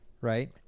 right